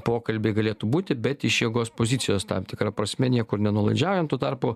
pokalbiai galėtų būti bet iš jėgos pozicijos tam tikra prasme niekur nenuolaidžiaujant tuo tarpu